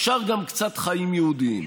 אפשר גם קצת חיים יהודיים.